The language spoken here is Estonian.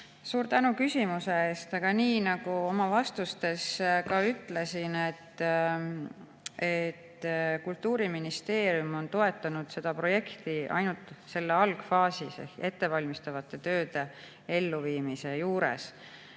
Suur tänu küsimuse eest! Nii nagu ma oma vastustes ka ütlesin, Kultuuriministeerium on toetanud seda projekti ainult selle algfaasis ehk ettevalmistavate tööde elluviimise juures.